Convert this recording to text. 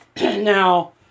Now